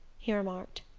he remarked.